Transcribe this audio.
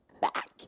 back